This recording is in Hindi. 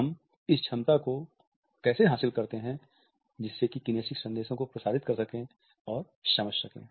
हम इस क्षमता को कैसे हासिल करते हैं जिससे कि किनेसिक संदेशों को प्रसारित कर सके और समझ सके